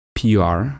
PR